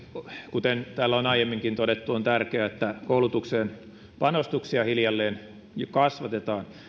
kuten täällä on aiemminkin todettu on tärkeää että koulutuksen panostuksia hiljalleen kasvatetaan